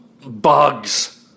bugs